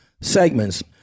segments